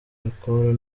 alcool